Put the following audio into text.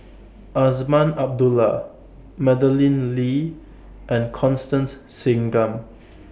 Azman Abdullah Madeleine Lee and Constance Singam